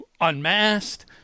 Unmasked